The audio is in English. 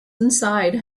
inside